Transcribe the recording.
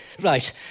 Right